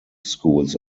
schools